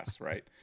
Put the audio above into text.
Right